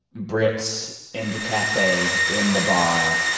brits in the cafe, in the bar,